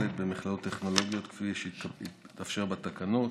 במכללות טכנולוגיות כפי שיתאפשר בתקנות,